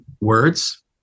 Words